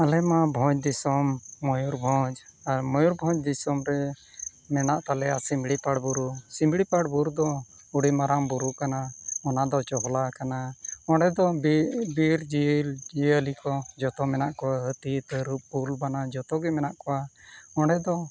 ᱟᱞᱮ ᱢᱟ ᱵᱷᱚᱸᱡᱽ ᱫᱤᱥᱚᱢ ᱢᱚᱭᱩᱨᱵᱷᱚᱸᱡᱽ ᱟᱨ ᱢᱚᱭᱩᱨᱵᱷᱚᱸᱡᱽ ᱫᱤᱥᱚᱢ ᱨᱮ ᱢᱮᱱᱟᱜ ᱛᱟᱞᱮᱭᱟ ᱥᱤᱢᱲᱤᱯᱟᱲ ᱵᱩᱨᱩ ᱥᱤᱢᱲᱤᱯᱟᱲ ᱵᱩᱨᱩ ᱫᱚ ᱟᱹᱰᱤ ᱢᱟᱨᱟᱝ ᱵᱩᱨᱩ ᱠᱟᱱᱟ ᱚᱱᱟ ᱫᱚ ᱪᱚᱜᱽᱞᱟ ᱠᱟᱱᱟ ᱚᱸᱰᱮ ᱫᱚ ᱵᱤᱨ ᱡᱤᱵᱽᱼᱡᱤᱭᱟᱹᱞᱤ ᱠᱚ ᱡᱚᱛᱚ ᱢᱮᱱᱟᱜ ᱠᱚᱣᱟ ᱦᱟᱹᱛᱤ ᱛᱟᱹᱨᱩᱵ ᱠᱩᱞ ᱵᱟᱱᱟ ᱡᱚᱛᱚ ᱜᱮ ᱢᱮᱱᱟᱜ ᱠᱚᱣᱟ ᱚᱸᱰᱮ ᱫᱚ